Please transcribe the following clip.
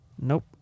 Nope